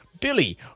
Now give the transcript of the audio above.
Billy